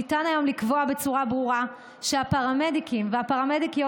ניתן היום לקבוע בצורה ברורה שהפרמדיקים והפרמדיקיות